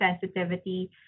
sensitivity